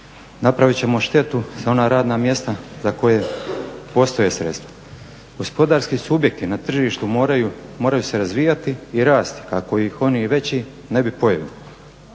napraviti ćemo štetu za ona radna mjesta za koja postoje sredstva. Gospodarski subjekti na tržištu moraju se razvijati i rasti kako ih oni veći ne bi pojeli.